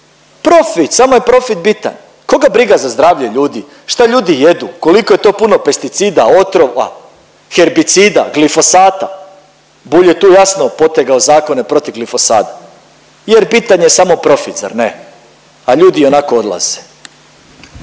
Profit, samo je profit bitan, koga briga za zdravlje ljudi, šta ljudi jedu, koliko je to puno pesticida, otrova, herbicida, glifosata? Bulj je tu jasno potegao zakon protiv glifosata jer bitan je samo profit, zar ne? A ljudi ionako odlaze.